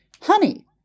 honey